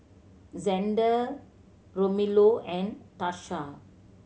Zander Romello and Tarsha